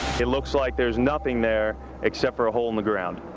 it looks like there's nothing there except for a hole in the ground.